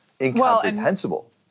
incomprehensible